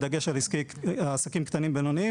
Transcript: בדגש על עסקים קטנים ובינוניים.